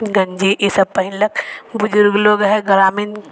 गन्जी ईसब पहिरलक बुजुर्ग लोक हइ ग्रामीण